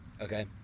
okay